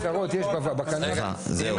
סליחה, זהו.